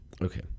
Okay